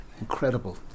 Incredible